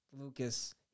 Lucas